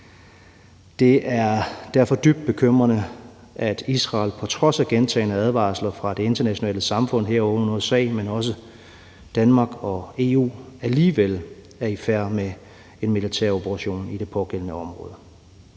Det er derfor dybt bekymrende, at Israel på trods af gentagne advarsler fra det internationale samfund, herunder USA, men også Danmark og EU, alligevel er i færd med en militær operation i det pågældende område.